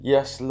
Yes